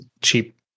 Cheap